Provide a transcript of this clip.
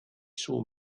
saw